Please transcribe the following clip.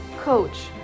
coach